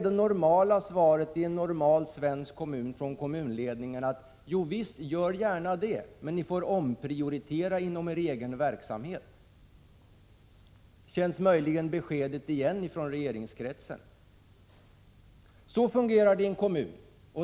Det normala svaret från kommunledningen i en normal svensk kommun är: Ja visst, gör gärna det, men ni får omprioritera inom er egen verksamhet. Känns möjligen beskedet igen från regeringskretsar? Så fungerar det i en kommun.